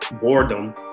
boredom